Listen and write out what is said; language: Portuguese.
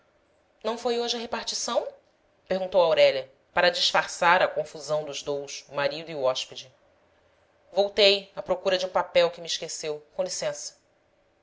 não foi hoje à repartição perguntou aurélia para disfarçar a confusão dos dous o marido e o hóspede voltei à procura de um papel que me esqueceu com licença